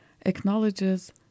acknowledges